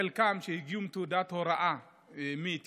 שחלקם הגיעו עם תעודה הוראה מאתיופיה.